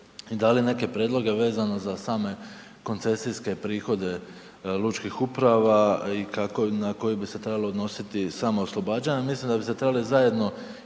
i dali neke prijedloge vezano sa same koncesijske prihode lučkih uprava i kako, na koji bi se trebalo odnositi samo oslobađanje. Mislim da bi se trebali sami